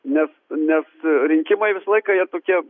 nes nes rinkimai visą laiką jie tokie